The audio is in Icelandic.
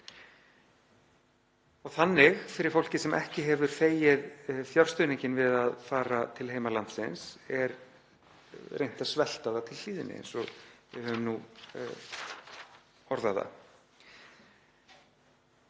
er það fyrir fólkið sem ekki hefur þegið fjárstuðninginn við að fara til heimalandsins að það er reynt að svelta það til hlýðni, eins og við höfum orðað það.